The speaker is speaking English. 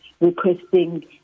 requesting